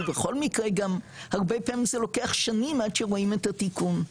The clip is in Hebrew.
ובכל מקרה גם הרבה פעמים זה לוקח שנים עד שרואים את התיקון.